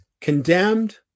condemned